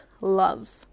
love